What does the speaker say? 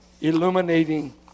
illuminating